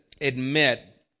admit